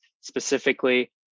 specifically